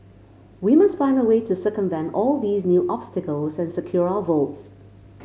we must find a way to circumvent all these new obstacles and secure our votes